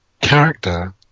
character